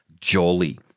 jolly